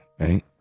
Right